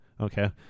Okay